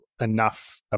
enough